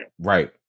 Right